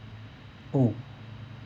oh